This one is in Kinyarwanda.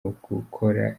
ugukora